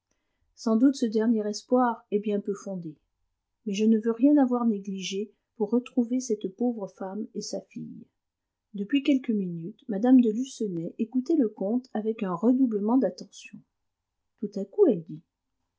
sans doute ce dernier espoir est bien peu fondé mais je ne veux rien avoir négligé pour retrouver cette pauvre femme et sa fille depuis quelques minutes mme de lucenay écoutait le comte avec un redoublement d'attention tout à coup elle dit